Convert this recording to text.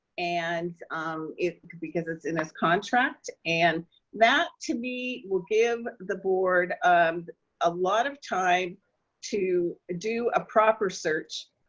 and um because it's in his contract. and that to me will give the board um a lot of time to do a proper search.